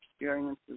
experiences